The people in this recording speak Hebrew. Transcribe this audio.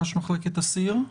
ראש מחלקת האסיר.